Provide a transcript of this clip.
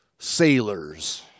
sailors